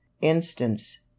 instance